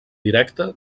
directa